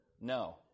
No